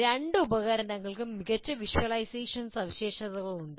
രണ്ട് ഉപകരണങ്ങൾക്കും മികച്ച വിഷ്വലൈസേഷൻ സവിശേഷതകളുണ്ട്